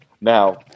now